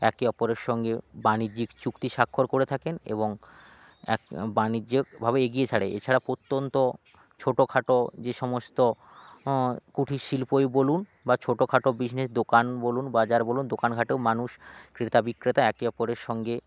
একে অপরের সঙ্গে বাণিজ্যিক চুক্তি স্বাক্ষর করে থাকেন এবং এক বাণিজ্যিকভাবে এগিয়ে ছাড়ে এছাড়া প্রত্যন্ত ছোটোখাটো যে সমস্ত কুটির শিল্পই বলুন বা ছোটোখাটো বিজনেস দোকান বলুন বাজার বলুন দোকান ঘাটেও মানুষ ক্রেতা বিক্রেতা একে অপরের সঙ্গে